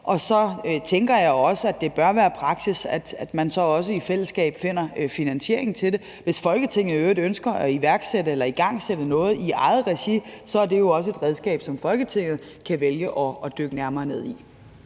Så tænker jeg også, at det bør være praksis, at man så også i fællesskab finder finansieringen til det. Hvis Folketinget i øvrigt ønsker at iværksætte eller igangsætte noget i eget regi, er det jo også et redskab, som Folketinget kan vælge at dykke nærmere ned i.